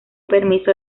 permiso